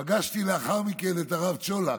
פגשתי לאחר מכן את הרב צ'ולק,